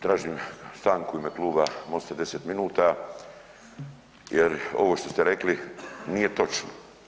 Tražim stanku u ime kluba Mosta 10 min jer ovo što ste rekli, nije točno.